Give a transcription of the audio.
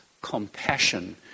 compassion